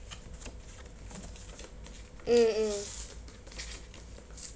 mm mm